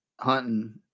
hunting